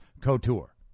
couture